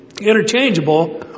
interchangeable